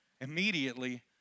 Immediately